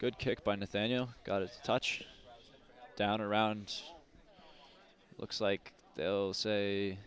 good kick by nathaniel got a touch down around looks like they'll say